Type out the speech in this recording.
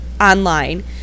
online